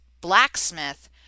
blacksmith